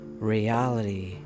reality